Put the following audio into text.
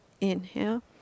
Inhale